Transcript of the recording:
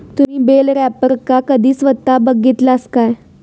तुम्ही बेल रॅपरका कधी स्वता बघितलास काय?